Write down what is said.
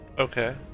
Okay